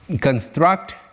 construct